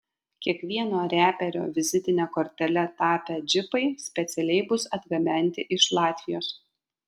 kiekvieno reperio vizitine kortele tapę džipai specialiai bus atgabenti iš latvijos